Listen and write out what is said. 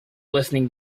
listening